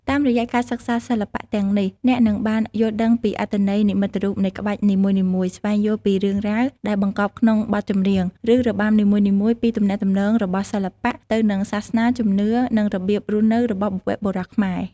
តាមរយៈការសិក្សាសិល្បៈទាំងនេះ អ្នកនឹងបាន យល់ដឹងពីអត្ថន័យនិមិត្តរូបនៃក្បាច់នីមួយៗ ស្វែងយល់ពីរឿងរ៉ាវដែលបង្កប់ក្នុងបទចម្រៀង ឬរបាំនីមួយៗ ពីទំនាក់ទំនងរបស់សិល្បៈទៅនឹងសាសនា ជំនឿ និងរបៀបរស់នៅរបស់បុព្វបុរសខ្មែរ។